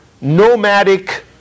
nomadic